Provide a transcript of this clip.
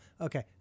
Okay